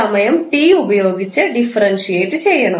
സമയം t ഉപയോഗിച്ച് differentiate ചെയ്യണം